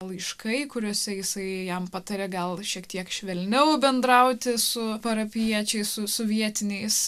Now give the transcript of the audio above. laiškai kuriuose jisai jam patarė gal šiek tiek švelniau bendrauti su parapijiečiais su su vietiniais